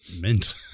mint